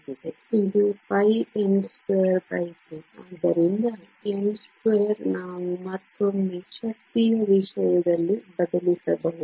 ಇದು πn22 ಆದ್ದರಿಂದ n2 ನಾವು ಮತ್ತೊಮ್ಮೆ ಶಕ್ತಿಯ ವಿಷಯದಲ್ಲಿ ಬದಲಿಸಬಹುದು